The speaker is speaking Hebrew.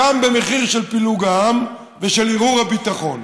גם במחיר של פילוג העם ושל ערעור הביטחון.